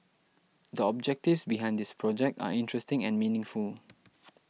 the objectives behind this project are interesting and meaningful